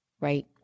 right